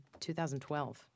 2012